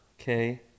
Okay